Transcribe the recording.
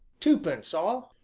twopence ah?